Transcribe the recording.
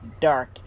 dark